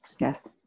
Yes